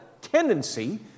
tendency